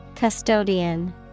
Custodian